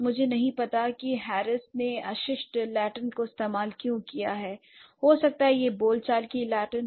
मुझे नहीं पता कि हैरिस १९७८ ने अशिष्ट लैट्रिन का इस्तेमाल क्यों किया है l हो सकता है यह बोलचाल की लैटिन हो